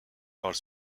parle